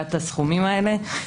מקביעת הסכומים הללו.